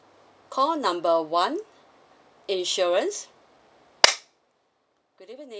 call number one insurance go0d eveni~